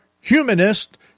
humanist